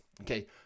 okay